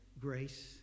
Grace